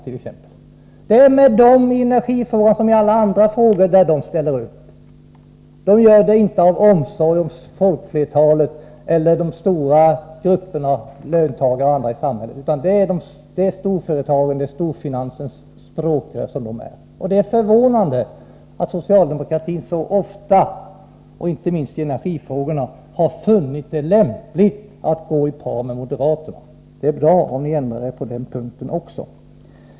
Det är på samma sätt med moderaterna när det gäller energifrågorna som det är när det gäller alla andra frågor där de har ställt upp, nämligen att de inte ställer upp av omsorg om folkflertalet eller av omsorg om de stora löntagargrupperna och andra i samhället, utan de ställer upp i sin egenskap av storföretagens och storfinansens språkrör. Det är förvånande att socialdemokratin så ofta, inte minst när det gäller energifrågorna, har funnit det lämpligt att gå i par med moderaterna. Det är bra om ni ändrar er på den punkten också.